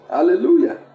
Hallelujah